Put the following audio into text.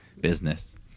business